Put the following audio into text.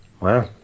Wow